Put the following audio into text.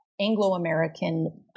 Anglo-American